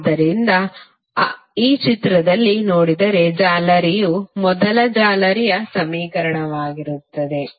ಆದ್ದರಿಂದ ಈ ಚಿತ್ರದಲ್ಲಿ ನೋಡಿದರೆ ಜಾಲರಿಯು ಮೊದಲ ಜಾಲರಿಯ ಸಮೀಕರಣವಾಗಿರುತ್ತದೆ